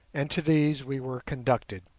and to these we were conducted.